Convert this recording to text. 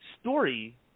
story